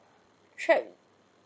trap